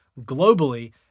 globally